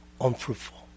unfruitful